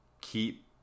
keep